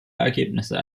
ergebnisse